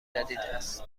جدیداست